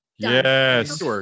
Yes